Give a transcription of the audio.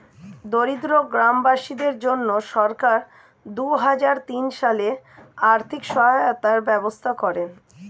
দরিদ্র গ্রামবাসীদের জন্য সরকার দুহাজার তিন সালে আর্থিক সহায়তার ব্যবস্থা করেন